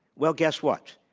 well, guess what?